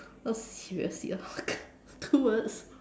oh seriously oh my god two words